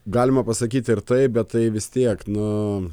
galima pasakyti ir taip bet tai vis tiek nu